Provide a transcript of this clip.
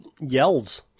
yells